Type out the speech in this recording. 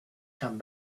come